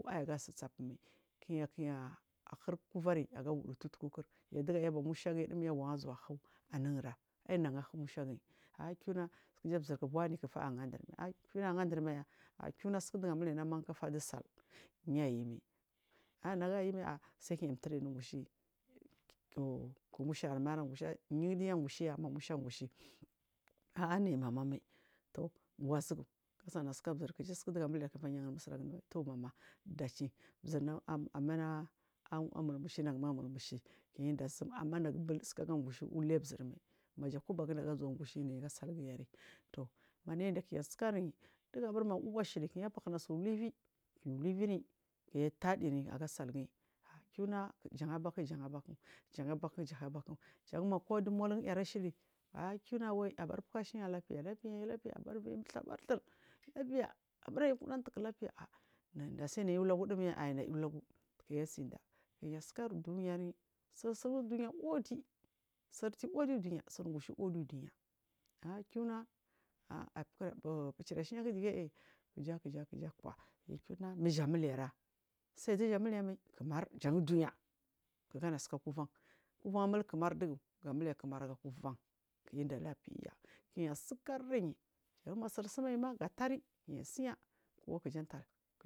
Wayaga su safumai kiya kiya a hir kuvan yi aga wudu tutku yaduga yaba mushagiyi wazuwa lulra ainaga a hu mushagiyi kina kija zirgu wanekfa ahandir mai a kina ahan dirmaiya a kina siku duga mule anu ammaukfa du sal yayimai a naga yimai a sai kiya turin du gushe tuuk musha ar amaihugushe yind uga gushiya mamusha gushi a aniyi mamamai tu wazugu gasainasika zir kija suku duga mulekfa ya har musudagumai tu mama daci ammana zirna amur mushi naguma mur ushi ammanaga suka gan gushi uli zir mai maja kubaguuda diya sai gushi aga salgiyi yari ma neyi da kinayi sikaryi daga bu ma uu shili kiya fahina sirluvi kiya lu viryi kiya tadiryi agasalgiyi kuna jaribaku janbaku janbaku janbaku janbaku kudu muluar ashili aku awaiy aberfuku shina labfailabfe yilafa fai aba biyi musu abar dhur labfai abar yakuɗan tuku labfeye a a asai nayi lagudumya aiyi na lagu kiyase dah kinya sikar duniya sin sun duniya udi sir til udir uduniya sirgushe udi uduniya kira bucirshiyak diga kejah kejah ku a mijamiliarah saidiya mule mai jan duniya gan asika kuvan, kulvan a mulkimar digu gamule kimar aga kuvan kiyi daalabfaiya kiya sikari jan ma sirsum a ima gatare kiya siya kuwa kijan tall.